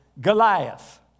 Goliath